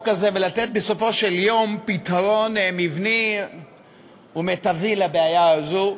הזה ולתת בסופו של יום פתרון מבני ומיטבי לבעיה הזו.